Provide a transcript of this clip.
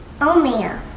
Omeo